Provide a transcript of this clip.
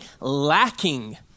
lacking